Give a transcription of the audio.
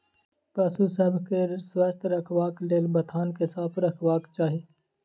पशु सभ के स्वस्थ रखबाक लेल बथान के साफ रखबाक चाही